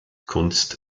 kunst